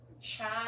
chat